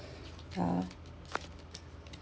ya